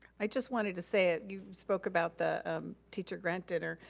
i just wanted to say it. you spoke about the teacher grant dinner.